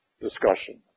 discussion